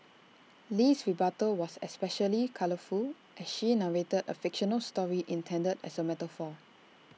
Lee's rebuttal was especially colourful as she narrated A fictional story intended as A metaphor